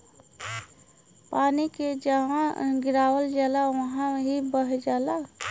पानी के जहवा गिरावल जाला वहवॉ ही बह जाला